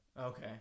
Okay